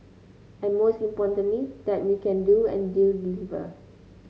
and most importantly that we can do and do deliver